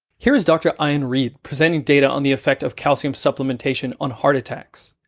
here is doctor ian reid presenting data on the effect of calcium supplementation on heart attacks.